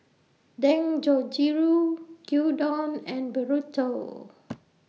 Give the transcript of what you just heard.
Dangojiru Gyudon and Burrito